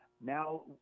Now